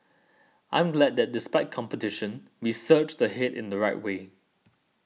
I'm glad that despite competition we surged ahead in the right way